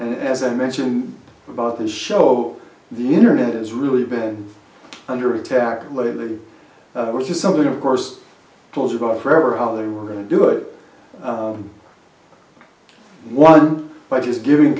and as i mention about the show the internet has really been under attack lately which is something of course it was about forever how they were going to do it one by just giving